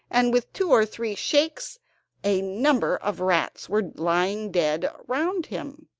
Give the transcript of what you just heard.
and with two or three shakes a number of rats were lying dead round him.